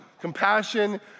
Compassion